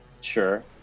Sure